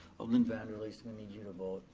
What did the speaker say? alderman van der leest, we need you